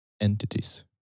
entities